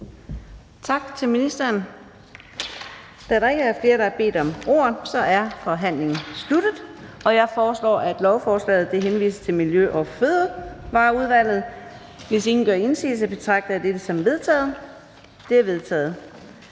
Tak til ministeren. Da der ikke er flere, der har bedt om ordet, er forhandlingen sluttet. Jeg foreslår, at lovforslaget henvises til Miljø- og Fødevareudvalget. Hvis ingen gør indsigelse, betragter jeg dette som vedtaget. Det er vedtaget.